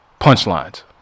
punchlines